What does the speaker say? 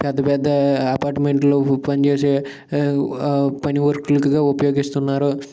పెద్ద పెద్ద అపార్ట్మెంట్లు పని చేసే పని వర్కులకుగా ఉపయోగిస్తున్నారు